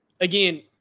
Again